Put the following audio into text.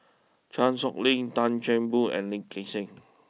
Chan Sow Lin Tan Chan Boon and Lee Gek Seng